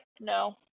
no